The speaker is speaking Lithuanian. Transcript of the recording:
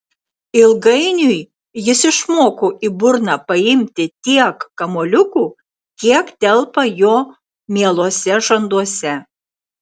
ilgainiui jis išmoko į burną paimti tiek kamuoliukų kiek telpa jo mieluose žanduose